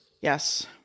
Yes